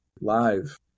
live